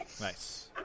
nice